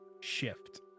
shift